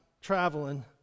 traveling